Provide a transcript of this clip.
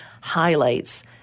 highlights